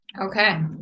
okay